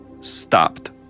stopped